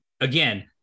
again